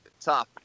tough